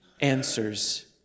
answers